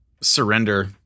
surrender